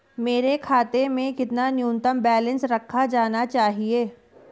मेरे खाते में कितना न्यूनतम बैलेंस रखा जाना चाहिए?